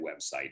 website